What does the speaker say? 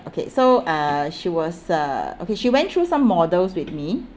okay so uh she was uh okay she went through some models with me